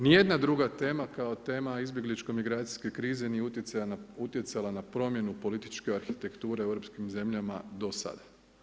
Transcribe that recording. Ni jedna druga tema, kao tema, izbjegličko migracijske krize, nije utjecala na promjenu političke arhitekture u europskim zemljama do sada.